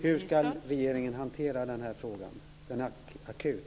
Hur ska regeringen hantera den här frågan, den är akut?